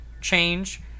change